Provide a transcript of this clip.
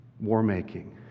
War-making